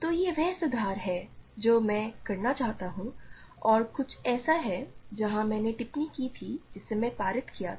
तो यह वह सुधार है जो मैं करना चाहता हूं और कुछ ऐसा है जहां मैंने टिप्पणी की थी जिसे मैंने पारित किया था